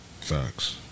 Facts